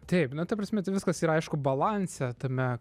taip nu ta prasme tai viskas ir aišku balanse tame